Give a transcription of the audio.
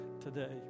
today